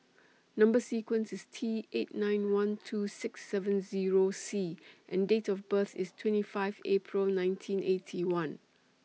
Number sequence IS T eight nine one two six seven Zero C and Date of birth IS twenty five April nineteen Eighty One